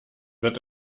wird